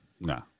No